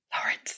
Lawrence